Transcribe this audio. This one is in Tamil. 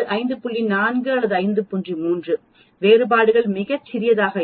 3 வேறுபாடுகள் மிகச் சிறியதாக